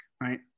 right